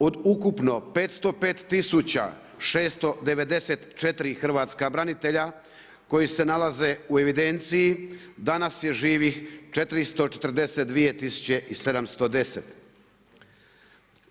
Od ukupno 505 694 hrvatska branitelja koji se nalaze u evidenciji, danas je živih 442 710.